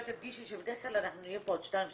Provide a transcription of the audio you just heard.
אולי תדגישי שבדרך כלל נהיה פה עד שתיים,